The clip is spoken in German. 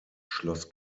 schloss